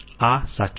આ સાચું છે